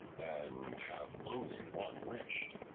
and have only one wish,